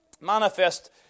Manifest